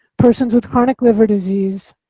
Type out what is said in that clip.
persons with chronic liver disease,